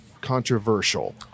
controversial